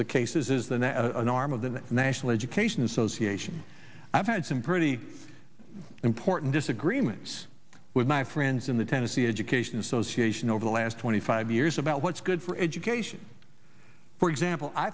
the cases is the net an arm of the national education association i've had some pretty important disagreements with my friends in the tennessee education association over the last twenty five years about what's good for education for example i